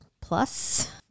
plus